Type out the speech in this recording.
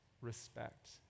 respect